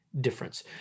Difference